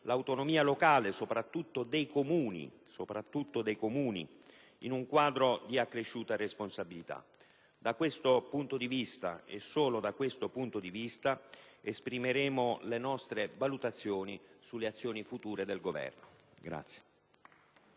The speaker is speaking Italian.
l'autonomia locale, in particolare dei Comuni, in un quadro di accresciuta responsabilità. Da questo punto di vista - e solo da questo - esprimeremo le nostre valutazioni sulle azioni future del Governo.